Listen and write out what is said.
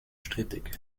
strittig